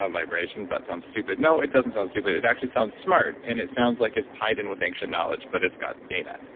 um vibrations, that sounds stupid. no, it doesn't sound stupid. it actually sounds smart. and it sounds like it's tied in with ancient knowledge, but it's got data.